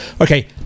Okay